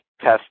test